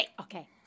Okay